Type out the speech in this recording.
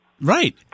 Right